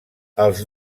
els